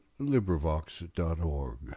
LibriVox.org